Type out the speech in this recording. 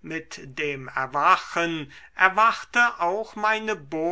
mit dem erwachen erwachte auch meine